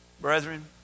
Brethren